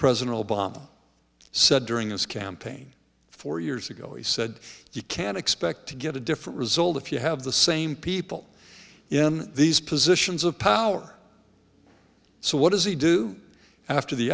president obama said during this campaign four years ago he said you can expect to get a different result if you have the same people in these positions of power so what does he do after the